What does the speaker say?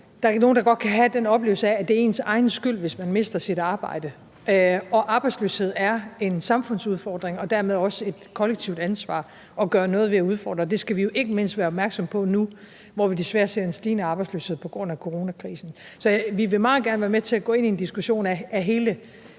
der er nogen, der godt kan have en oplevelse af, at det er deres egen skyld, hvis de mister deres arbejde. Arbejdsløshed er en samfundsudfordring og dermed også et kollektivt ansvar at gøre noget ved og udfordre. Det skal vi jo ikke mindst være opmærksomme på nu, hvor vi desværre ser en stigende arbejdsløshed på grund af coronakrisen. Så vi vil meget gerne være med til at gå ind i en diskussion af hele